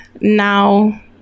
Now